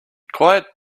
quiet